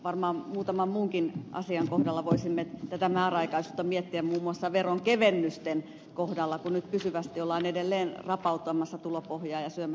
varmaan muutaman muunkin asian kohdalla voisimme tätä määräaikaisuutta miettiä muun muassa veronkevennysten kohdalla kun nyt pysyvästi ollaan edelleen rapauttamassa tulopohjaa ja syömässä sitten palveluilta rahoitusta